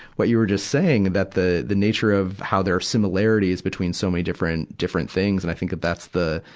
what you were just saying, that the, the nature of how there are similarities between so many different, different things. and i think that that's the,